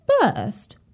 First